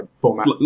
format